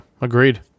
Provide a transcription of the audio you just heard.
agreed